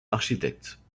architecte